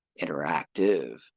interactive